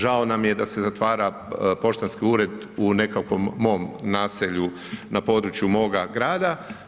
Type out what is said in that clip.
Žao nam je da se zatvara poštanski ured u nekakvom mom naselju na području moga grada.